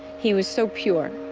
he was so pure.